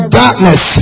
darkness